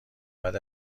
بعد